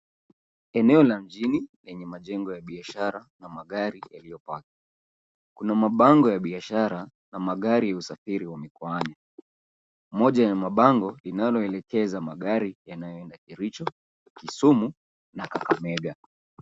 Eneo la mjini, lenye majengo ya biashara na magari yaliyopaki. Kuna mbabango ya biashara na magari ya usafiri wa mikoani. Moja ya mabango, inaloekeza magari yanayoenda Kericho, Kisumu na Kakamega.